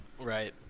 right